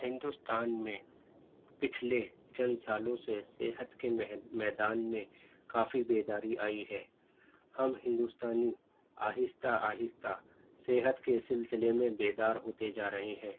ہندوستان میں پچھلے چند سالوں سے صحت کے میدان میں کافی بیداری آئی ہے ہم ہندوستانی آہستہ آہستہ صحت کے سلسلے میں بیدار ہوتے جا رہے ہیں